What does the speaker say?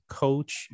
coach